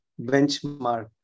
benchmark